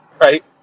right